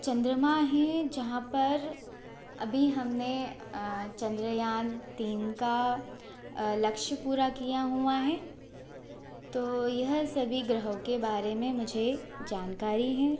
चंद्रमा है जहाँ पर अभी हमने चंद्रयान तीन का लक्ष्य पूरा किया हुआ है तो यह सभी ग्रहों के बारे में मुझे जानकारी है